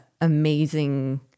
amazing